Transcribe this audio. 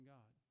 God